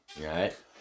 right